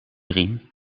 riem